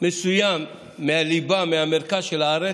מסוים מהליבה, מהמרכז של הארץ,